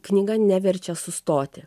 knyga neverčia sustoti